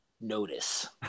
notice